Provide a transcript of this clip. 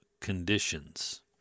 conditions